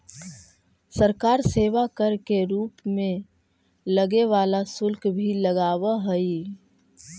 सरकार सेवा कर के रूप में लगे वाला शुल्क भी लगावऽ हई